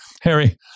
Harry